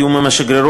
בתיאום עם השגרירות,